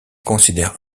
considère